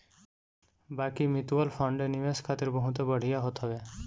बाकी mutual fund निवेश खातिर बहुते बढ़िया होत हवे